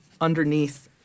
underneath